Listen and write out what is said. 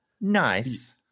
nice